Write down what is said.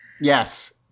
Yes